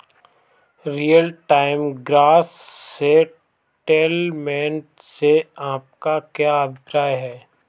Real time gross settlement से आपका क्या अभिप्राय है?